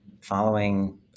Following